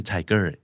Tiger